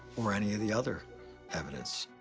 or any of the other evidence.